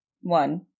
one